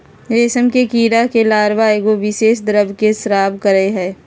रेशम के कीड़ा के लार्वा एगो विशेष द्रव के स्त्राव करय हइ